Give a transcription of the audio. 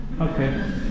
Okay